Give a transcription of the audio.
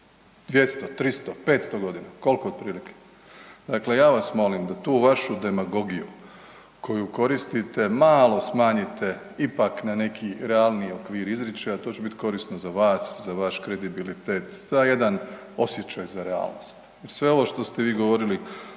200, 300, 500 godina, koliko otprilike? Dakle, ja vas molim da tu vašu demagogiju koristite malo smanjite ipak na neki realniji okvir izričaja, to će biti korisno za vas, za vaš kredibilitet, za jedan osjećaj za realnost. Uz sve ovo što ste vi govorili